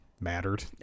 mattered